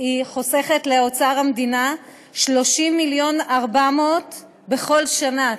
חוסכת לאוצר המדינה 30.4 מיליון בכל שנה,